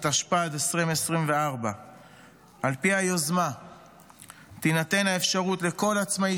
התשפ"ד 2024. על פי היוזמה תינתן האפשרות לכל עצמאי